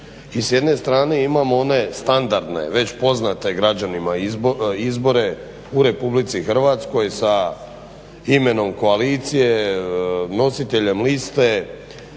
i s jedne strane imamo one standardne već poznate građanima izbore u Republici Hrvatskoj sa imenom koalicije, nositeljem liste,